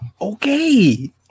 Okay